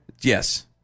Yes